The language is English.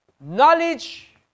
Knowledge